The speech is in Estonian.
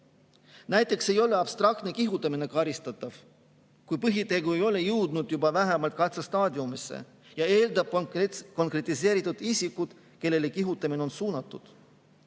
Näiteks ei ole abstraktne [vägivallale] kihutamine karistatav, kui põhitegu ei ole jõudnud juba vähemalt katse staadiumisse, ja see eeldab konkreetset isikut, kellele kihutamine on suunatud.